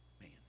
man